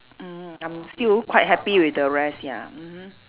mm I'm still quite happy with the rest ya mmhmm